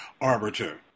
arbiter